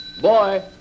Boy